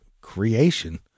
creation